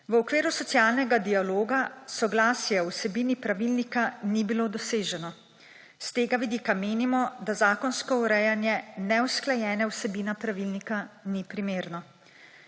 V okviru socialnega dialoga soglasje o vsebini pravilnika ni bilo doseženo. S tega vidika menimo, da zakonsko urejanje neusklajene vsebine pravilnika ni primerno.